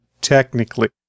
technically